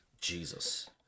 Jesus